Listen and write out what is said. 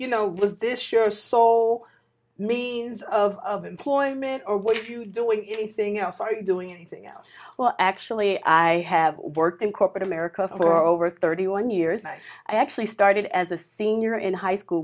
you know was this your so means of employment or what if you do with anything else are you doing anything else well actually i have worked in corporate america for over thirty one years and i actually started as a senior in high school